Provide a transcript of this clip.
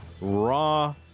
Raw